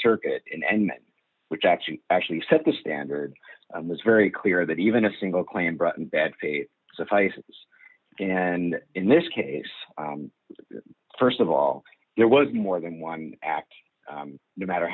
circuit in and which actually actually set the standard was very clear that even a single claim brought in bad faith suffices and in this case first of all there was more than one act no matter